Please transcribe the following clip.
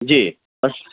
جی